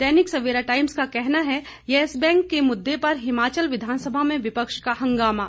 दैनिक Savera Times का कहना है यैस बैंक के मुददे पर हिमाचल विधानसभा में विपक्ष का हंगामा